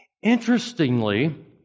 Interestingly